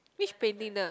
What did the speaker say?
which painting ah